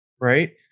Right